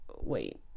Wait